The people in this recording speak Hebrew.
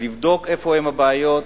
לבדוק איפה הבעיות.